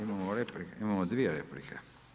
Imamo repliku, imamo dvije replike.